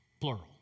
plural